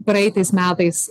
praeitais metais